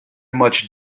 much